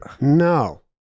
no